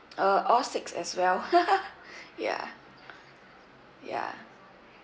uh all six as well ya ya